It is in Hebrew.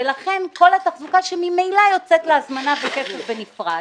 ולכן, כל התחזוקה, שממילא יוצאת בהזמנה וכסף בנפרד